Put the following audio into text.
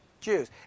Jews